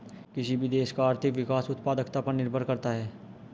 किसी भी देश का आर्थिक विकास उत्पादकता पर निर्भर करता हैं